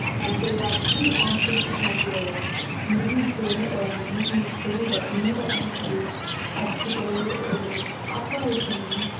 and they are key also when we're making sure or we need to make sure that renewable energy ah today is operating